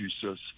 Jesus